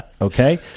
Okay